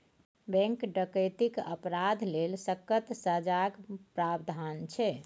bank डकैतीक अपराध लेल सक्कत सजाक प्राबधान छै